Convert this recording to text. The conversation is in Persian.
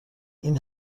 این